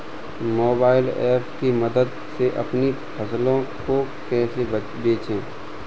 Mobile app की मदद से अपनी फसलों को कैसे बेचें?